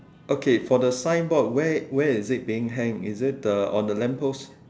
okay for the signboard where where is it being hang is it uh on the lamp post